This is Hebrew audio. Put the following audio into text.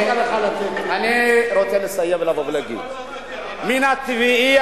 אני רוצה לסיים ולבוא ולהגיד: מן הטבעי,